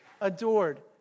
adored